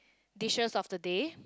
dishes of the day